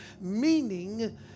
meaning